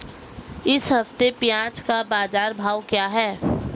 इस हफ्ते प्याज़ का बाज़ार भाव क्या है?